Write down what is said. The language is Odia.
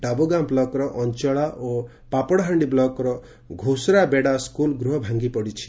ଡାବୁ ଗାଁ ବ୍ଲକର ଅଞ୍ଚଳା ଓ ପାପଡ଼ାହାଣ୍ଡି ବ୍ଲକର ଘୁଷୁରାବେଡ଼ା ସ୍କୁଲ୍ ଗୃହ ଭାଙ୍ଗିପଡ଼ିଛି